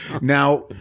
Now –